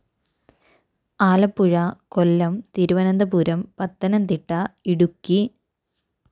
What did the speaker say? Alappuzha Kollam Thiruvananthapuram Pathanamthitta Idukki